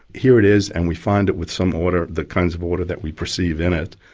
here it is and we find it with some order, the kinds of order that we perceive in it.